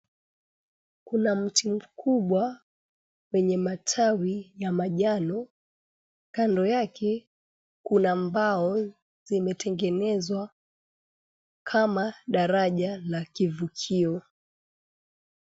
Kuna mti mkubwa wenye matawi ya manjano. Kando yake kuna mbao zimetengenezwa, kama daraja la kivukio.